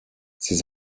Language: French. ses